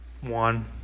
One